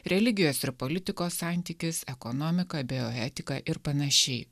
religijos ir politikos santykis ekonomika bioetika ir panašiai